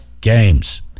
games